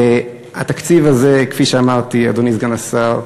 התקציב הזה, כפי שאמרתי, אדוני סגן השר,